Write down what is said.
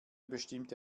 bestimmte